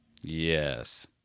Yes